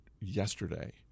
yesterday